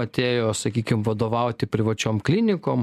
atėjo sakykim vadovauti privačiom klinikom